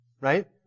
right